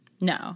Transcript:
No